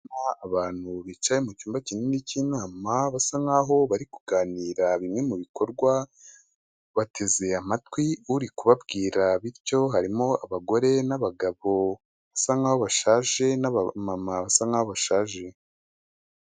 Abantu bicaye mucyumba kinini cy'inama basa nkaho bari kuganira bimwe mu bikorwa, bateze amatwi uri kubabwira, bityo harimo abagore n'abagabo basa nkaho bashaje, n'aba mama basa bashaje.